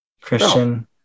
Christian